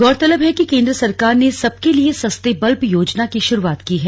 गौरतलब है कि केंद्र सरकार ने सबके लिए सस्ते बल्ब योजना की शुरूआत की है